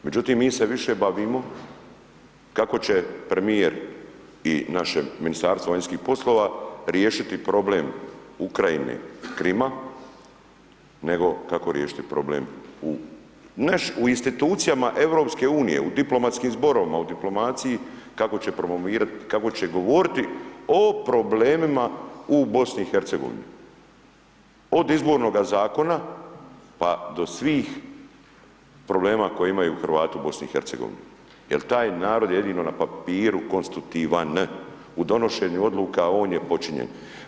Međutim, mi se više bavimo kako će premijer i naše Ministarstvo vanjskih poslova riješiti problem Ukrajine, Krima, nego kako riješiti problem u, u Institucijama EU, u diplomatskim zborovima, u diplomaciji, kako će promovirati, kako će govoriti o problemima u BiH, od izbornoga Zakona, pa do svih problema koje imaju Hrvati u BiH jel taj narod je jedino na papiru konstruktivan, u donošenju odluka on je počinjen.